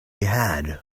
had